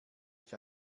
ich